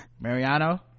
Mariano